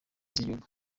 z’igihugu